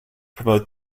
promote